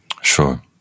Sure